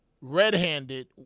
red-handed